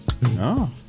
No